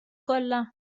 kollha